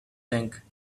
tank